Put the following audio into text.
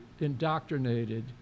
indoctrinated